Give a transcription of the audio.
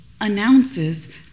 announces